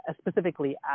specifically